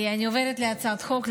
אני עוברת להצעת החוק,